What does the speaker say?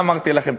מה אמרתי לכם?